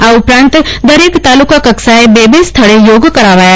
આ ઉ પરાંત દરેક તાલુકા કક્ષાએ બે સ્થળે યોગ કરાવશે